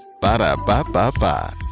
Ba-da-ba-ba-ba